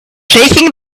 shaking